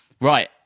Right